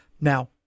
Now